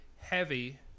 heavy